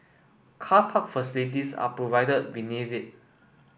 car park facilities are provided beneath it